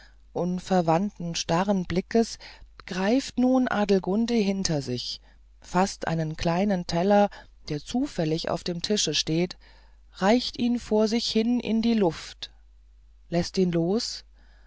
unverwandten starren blickes greift nun adelgunde hinter sich faßt einen kleinen teller der zufällig auf dem tische steht reicht ihn vor sich hin in die luft läßt ihn los